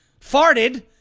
farted